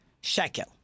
shekel